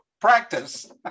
practice